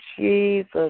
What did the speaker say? Jesus